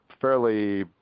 fairly